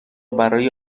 برای